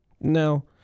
Now